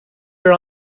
your